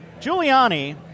Giuliani